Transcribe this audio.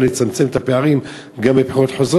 אני לא חושב שזה יכול לצמצם את הפערים גם בבחירות חוזרות,